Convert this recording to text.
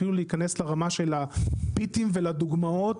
אפילו להיכנס לרמה של הפיטים והדוגמאות,